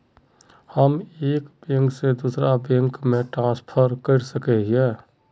हम एक बैंक से दूसरा बैंक में ट्रांसफर कर सके हिये?